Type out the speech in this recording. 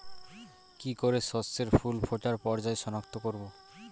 কি করে শস্যের ফুল ফোটার পর্যায় শনাক্ত করব?